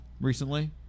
recently